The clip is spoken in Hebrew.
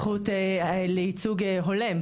זכות לייצוג הולם,